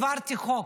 העברתי חוק".